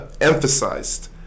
emphasized